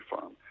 farm